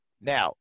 Now